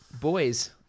Boys